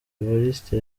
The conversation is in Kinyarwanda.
evariste